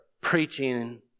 preaching